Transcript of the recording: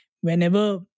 whenever